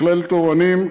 מכללת אורנים,